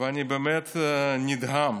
ואני באמת נדהם.